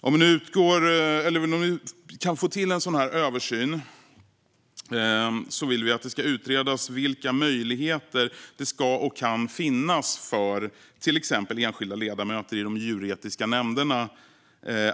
Om vi kan få till en översyn vill vi att det ska utredas vilka möjligheter att överklaga det ska och kan finnas för till exempel enskilda ledamöter i de djurförsöksetiska nämnderna.